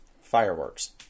fireworks